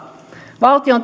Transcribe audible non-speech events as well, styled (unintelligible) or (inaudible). valtio (unintelligible)